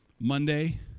Monday